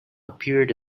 appeared